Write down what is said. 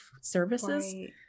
services